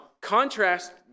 contrast